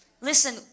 Listen